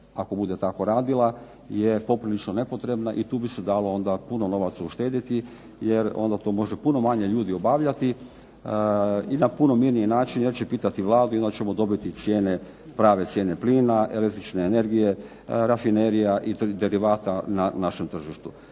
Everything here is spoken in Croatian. ako bude tako radila je poprilično bespotrebna i tu bi se dalo puno novca uštediti jer onda to može puno manje ljudi obavljati i na mirniji način jer će pitati Vladu i onda ćemo dobiti prave cijene plina, električne energije i derivata na našem tržištu.